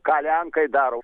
ką lenkai daro